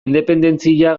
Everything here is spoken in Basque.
independentzia